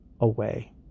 away